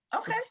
Okay